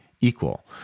equal